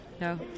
No